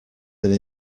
than